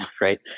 right